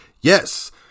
Yes